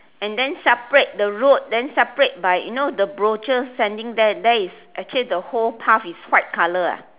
and than separate the road then separate by you know by the brochure standing there actually the whole path is white colour ah